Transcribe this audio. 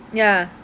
ya